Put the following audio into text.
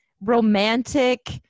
romantic